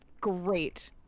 great